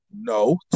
No